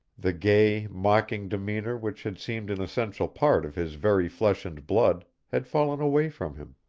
the gay, mocking demeanor which had seemed an essential part of his very flesh and blood had fallen away from him,